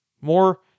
more